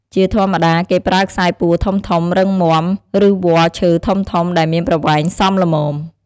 ជាធម្មតា គេប្រើខ្សែពួរធំៗ រឹងមាំ ឬវល្លិ៍ឈើធំៗ ដែលមានប្រវែងសមល្មម។